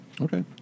Okay